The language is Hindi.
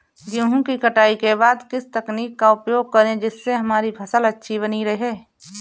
गेहूँ की कटाई के बाद किस तकनीक का उपयोग करें जिससे हमारी फसल अच्छी बनी रहे?